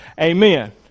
Amen